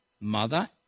mother